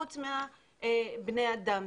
חוץ מבני האדם.